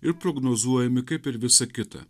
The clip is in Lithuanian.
ir prognozuojami kaip ir visa kita